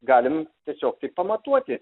galim tiesiog tai pamatuoti